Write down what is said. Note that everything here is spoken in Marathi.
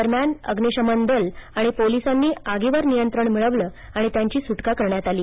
दरम्यान अग्निशमन दल आणि पोलिसांनी आगीवर नियंत्रण मिळवले आणि त्यांची सुटका करण्यात आली